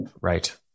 Right